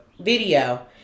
video